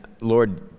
Lord